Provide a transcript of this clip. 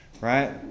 right